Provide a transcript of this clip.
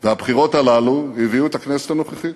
והבחירות הללו הביאו את הכנסת הנוכחית.